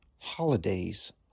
holidays